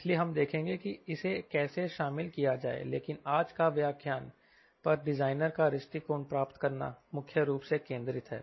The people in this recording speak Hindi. इसलिए हम देखेंगे कि इसे कैसे शामिल किया जाए लेकिन आज का व्याख्यान CLCD पर डिजाइनर का दृष्टिकोण प्राप्त करना मुख्य रूप से केंद्रित है